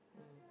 mm